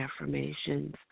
affirmations